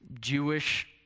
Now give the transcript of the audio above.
Jewish